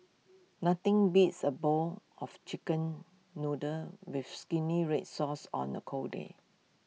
nothing beats A bowl of Chicken Noodles with Red Sauce on A cold day